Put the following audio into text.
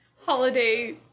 holiday